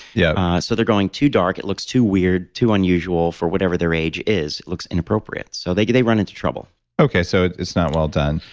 yeah so, they're going too dark. it looks too weird, too unusual for whatever their age is. it looks inappropriate, so they they run into trouble okay, so it's it's not well done.